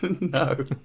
No